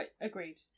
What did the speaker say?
agreed